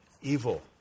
evil